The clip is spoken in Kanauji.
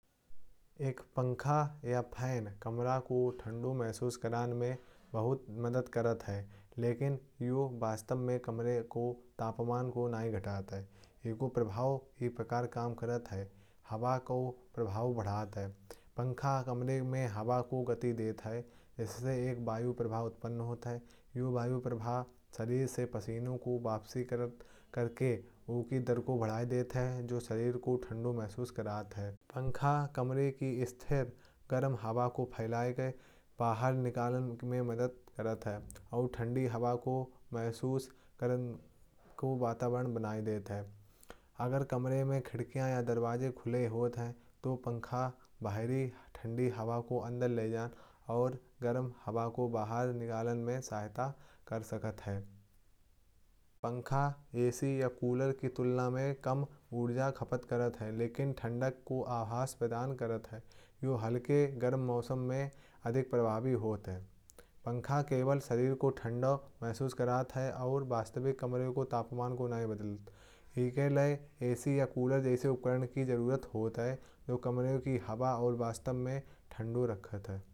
एक पंखा या फ़ैन कमरे को ठंडा महसूस करने में बहुत मदद करता है। लेकिन यह वास्तव में कमरे के तापमान को घटाता नहीं है। यह इस प्रक्रिया के माध्यम से काम करता है। कि हवा को प्रभावित करता है और उसकी गति बढ़ाता है। पंखा कमरे में हवा को तेजी से घुमाता है। जिससे एक वायू प्रभाव उत्पन्न होता है। यह वायू प्रभाव शरीर से पसीने को इवापोरेट करता है। और इस प्रक्रिया के दौरान शरीर को ठंडा महसूस होता है। साथ ही पंखा कमरे की स्थिर और गर्म हवा को बाहर निकालने में मदद करता है। और ठंडी हवा के प्रभाव को महसूस करने में आसानी देता है। अगर कमरे में खिड़कियाँ या दरवाज़े खुले होते हैं। तो पंखा बाहरी ठंडी हवा को अंदर ले आने और गर्म हवा को बाहर निकालने में मदद करता है। लेकिन पंखा एयर कंडीशनर या कूलर के मुकाबले कम ऊर्जा खपत करता है। और केवल शरीर को ठंडक का एहसास कराता है। न कि कमरे के तापमान को असलियत में बदलता है। ज्यादा गर्म मौसम में जब कमरे को वास्तव में ठंडा रखने की जरूरत हो। तो ए सी या कूलर का उपयोग करना आवश्यक होता है। जो कमरे की हवा को ठंडा करते हैं और तापमान को नीचे ले आते हैं।